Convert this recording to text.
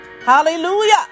Hallelujah